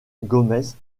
gomes